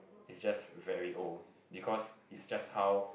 is just very old because is just how